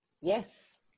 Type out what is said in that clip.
Yes